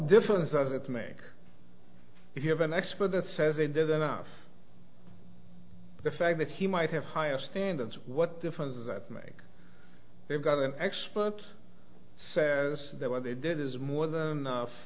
difference does it make if you have an expert that says the fact that he might have higher standards what difference does that make they've got an expert says that what they did is more than enough